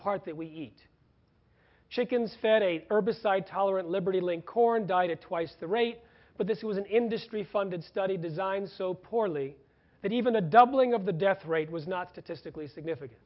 part that we eat chickens fed a herbicide tolerant liberty link corn died at twice the rate but this was an industry funded study designed so poorly that even a doubling of the death rate was not statistically significant